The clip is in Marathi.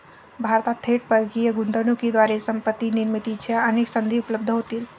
भारतात थेट परकीय गुंतवणुकीद्वारे संपत्ती निर्मितीच्या अनेक संधी उपलब्ध होतील